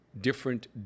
different